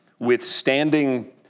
Withstanding